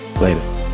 Later